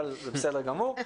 אבל זה בסדר גמור.